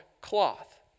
cloth